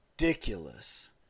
ridiculous